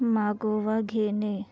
मागोवा घेणे